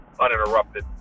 uninterrupted